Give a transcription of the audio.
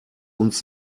uns